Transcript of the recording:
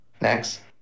Next